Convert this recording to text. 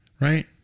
Right